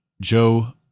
Joe